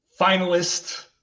Finalist